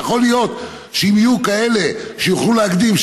שיכול להיות שאם יהיו כאלה שיוכלו להקדים,